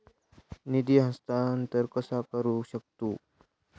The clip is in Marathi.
निधी हस्तांतर कसा करू शकतू?